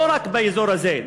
לא רק באזור הזה,